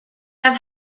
have